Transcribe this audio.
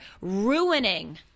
ruining